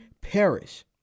perish